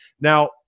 Now